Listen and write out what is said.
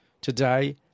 today